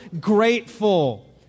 grateful